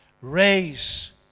Raise